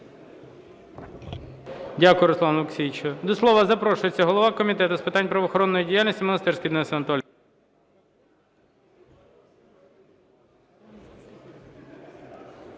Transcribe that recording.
Дякую, Руслане Олексійовичу. До слова запрошується Голова Комітету з питань правоохоронної діяльності Монастирський Денис Анатолійович.